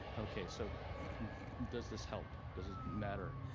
okay, so does this help? does this matter?